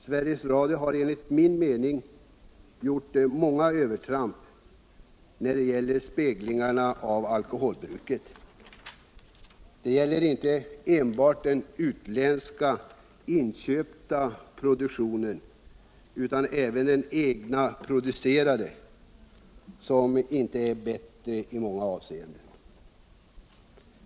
Sveriges Radio har enligt min mening gjort många övertramp när det gäller att spegla alkoholbruket. Det gäller inte enbart den utländska, inköpta produktionen. Den egna är i många avseenden inte bättre.